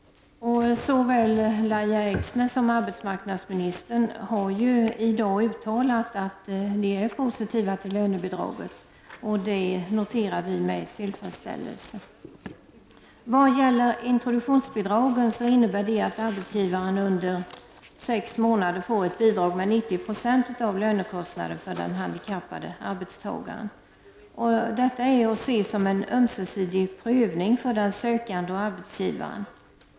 Såväl Lahja Exner som arbetsmarknadsministern har ju i dag uttalat att ni är positiva till lönebidraget, och det noterar vi med tillfredsställelse. Introduktionsbidragen innebär att arbetsgivaren under sex månader får ett bidrag med 90 96 av lönekostnaden för den handikappade arbetstagaren. Detta är att se som en ömsesidig prövning för den sökande och arbetsgivaren.